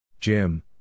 Jim